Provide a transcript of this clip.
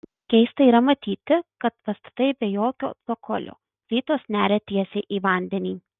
keista yra matyti kad pastatai be jokio cokolio plytos neria tiesiai į vandenį